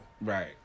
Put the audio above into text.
right